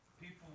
people